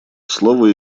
слово